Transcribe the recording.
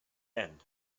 end